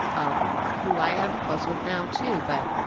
um who i am close with now too. but,